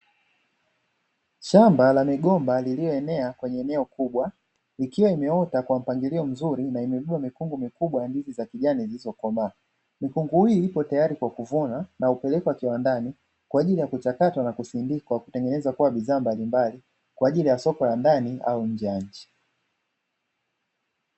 Shamba la migomba lililoenea kwenye eneo kubwa, ikiwa imeota kwa mpangilio mzuri na imelimwa mikungu mikubwa ndizi za kijani zilizokomaa, mikungu hii ipo tayari kwa kuvuna na kupelekwa kiwandani, kwa ajili ya kuchakatwa na kusindikwa kutengeneza kuwa bidhaa mbalimbali, kwa ajili ya soko la ndani au nje ya nchi.